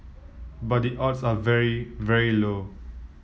but the odds are very very low